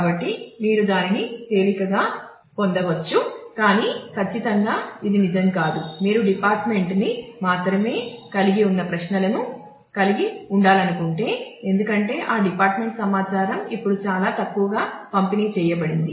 కాబట్టి మీరు దానిని తేలికగా పొందవచ్చు కాని ఖచ్చితంగా ఇది నిజం కాదు మీరు డిపార్ట్మెంట్ న్ని మాత్రమే కలిగి ఉన్న ప్రశ్నలను కలిగి ఉండాలనుకుంటే ఎందుకంటే ఆ డిపార్ట్మెంట్ సమాచారం ఇప్పుడు చాలా తక్కువగా పంపిణీ చేయబడింది